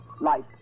life